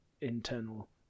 internal